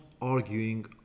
arguing